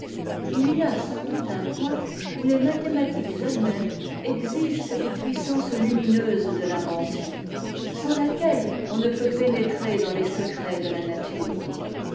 il y a sans doute un point où les mathématiques ettes mêmes exigent cette puissance lumineuse de l'invention sans laquelle on ne peut pénétrer dans les secrets de la nature